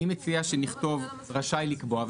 אני מציע שנכתוב רשאי לקבוע.